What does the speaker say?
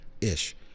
ish